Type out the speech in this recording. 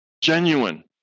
genuine